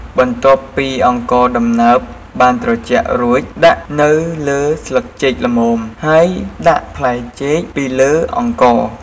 បន្ទាប់ពីអង្ករដំណើបបានត្រជាក់រួចដាក់នៅលើស្លឹកចេកល្មម ហើយដាក់ផ្លែចេកពីលើអង្ករ។